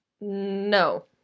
No